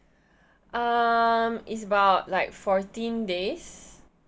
um it's about like fourteen days